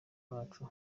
bacu